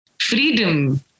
freedom